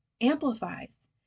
amplifies